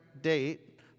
date